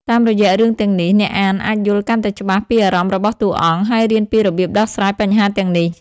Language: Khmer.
តាមរយៈរឿងទាំងនេះ អ្នកអានអាចយល់កាន់តែច្បាស់ពីអារម្មណ៍របស់តួអង្គ ហើយរៀនពីរបៀបដោះស្រាយបញ្ហាទាំងនេះ។